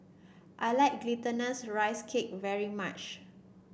I like Glutinous Rice Cake very much